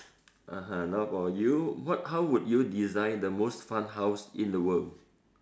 (uh huh) now for you what how would you design the most fun house in the world